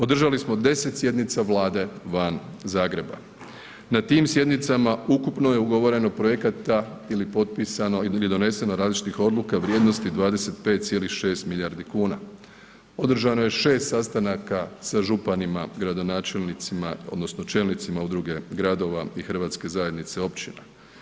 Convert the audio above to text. Održali smo 10 sjednica Vlade van Zagreba, na tim sjednicama ukupno je ugovoreno projekata ili potpisano ili doneseno različitih odluka vrijednosti 25,6 milijardi kuna, održano je 6 sastanaka sa županima, gradonačelnicima odnosno čelnicima udruge gradova i Hrvatske zajednice općina.